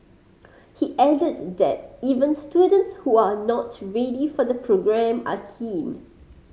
he added that even students who are not ready for the programme are keen